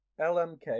LMK